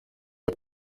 hip